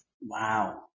Wow